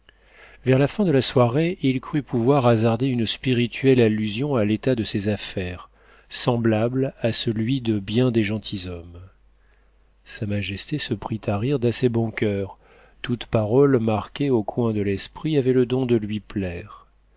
vers la fin de la soirée il crut pouvoir hasarder une spirituelle allusion à l'état de ses affaires semblable à celui de bien des gentilshommes sa majesté se prit à rire d'assez bon coeur toute parole marquée au coin de l'esprit avait le don de lui plaire